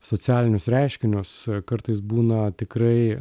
socialinius reiškinius kartais būna tikrai